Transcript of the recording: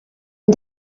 and